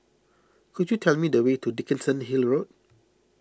could you tell me the way to Dickenson Hill Road